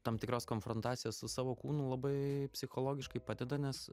tam tikros konfrontacijos su savo kūnu labai psichologiškai padeda nes